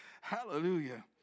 Hallelujah